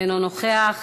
אינו נוכח,